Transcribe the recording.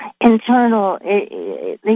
internal